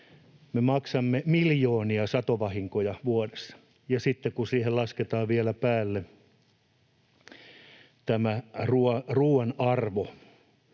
maksamme miljoonia satovahinkoja vuodessa, ja sitten kun siihen lasketaan vielä päälle tämä ruoan arvo,